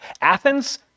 Athens